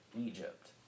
Egypt